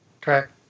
Correct